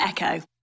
Echo